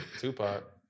Tupac